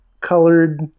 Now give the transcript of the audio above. colored